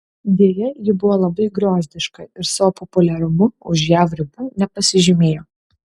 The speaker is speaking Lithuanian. deja ji buvo labai griozdiška ir savo populiarumu už jav ribų nepasižymėjo